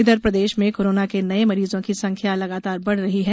इधर प्रदेश में कोरोना के नये मरीजों की संख्या लगातार बढ़ रही है